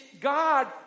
God